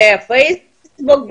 בפייסבוק,